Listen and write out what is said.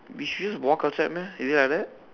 we should just walk outside meh is it like that